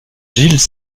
gilles